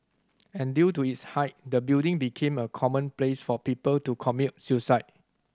and due to its height the building became a common place for people to commit suicide